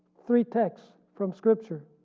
three texts from scripture